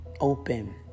open